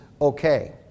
okay